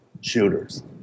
shooters